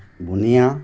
বুনিয়া